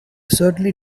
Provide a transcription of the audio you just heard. certainly